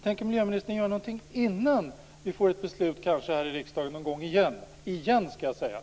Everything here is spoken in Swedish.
Tänker miljöministern göra något innan det blir beslut i riksdagen igen nästa år?